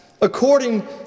according